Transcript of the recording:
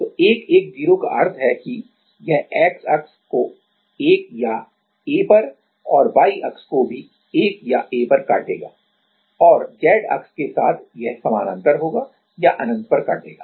तो १ १ ० का अर्थ है कि यह X अक्ष को 1 या a पर और Y अक्ष को भी 1 या a पर काटेगा और Z अक्ष के साथ यह समानांतर होगा या अनंत पर काटेगा